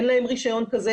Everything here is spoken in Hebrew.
אין להם רישיון כזה.